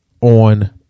on